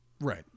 Right